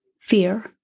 fear